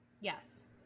yes